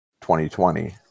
2020